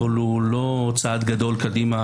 אבל הוא לא צעד גדול קדימה,